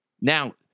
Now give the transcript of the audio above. Now